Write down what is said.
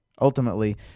Ultimately